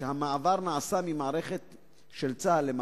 לשאלה כמה זמן אני נותן לך,